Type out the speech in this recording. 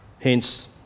Hence